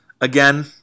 Again